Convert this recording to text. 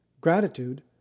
gratitude